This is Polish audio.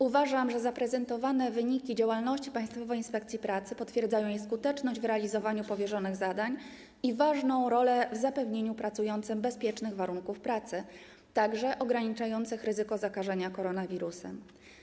Uważam, że zaprezentowane wyniki działalności Państwowej Inspekcji Pracy potwierdzają jej skuteczność w realizowaniu powierzonych zadań i ważną rolę w zapewnieniu pracującym bezpiecznych warunków pracy, także warunków ograniczających ryzyko zakażenia koronawirusem.